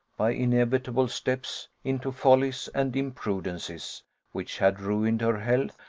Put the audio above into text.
by inevitable steps, into follies and imprudences which had ruined her health,